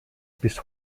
bis